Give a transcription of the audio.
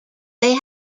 they